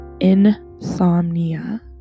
insomnia